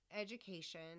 education